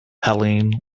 helene